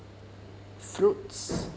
fruits